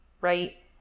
right